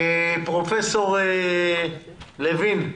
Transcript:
פרופ' לוין,